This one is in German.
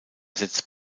setzt